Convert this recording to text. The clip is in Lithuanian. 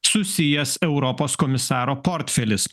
susijęs europos komisaro portfelis